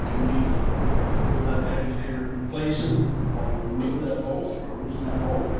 need to hold that agitator in place while you remove that bolt or loosen that bolt.